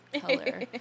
color